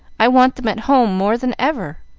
i want them at home more than ever.